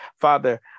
Father